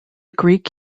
greek